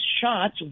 shots